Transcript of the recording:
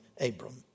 Abram